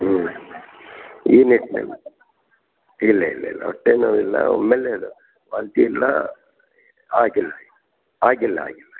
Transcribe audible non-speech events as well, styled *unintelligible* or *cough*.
ಹ್ಞೂ *unintelligible* ಮ್ಯಾಮ್ ಇಲ್ಲ ಇಲ್ಲ ಇಲ್ಲ ಹೊಟ್ಟೆ ನೋವಿಲ್ಲ ಒಮ್ಮೆಲೇ ಅದು ವಾಂತಿ ಇಲ್ಲ ಆಗಿಲ್ಲ ರೀ ಆಗಿಲ್ಲ ಆಗಿಲ್ಲ